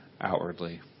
outwardly